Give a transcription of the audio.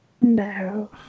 no